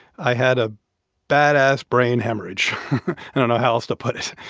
i had a badass brain hemorrhage. i don't know how else to put it.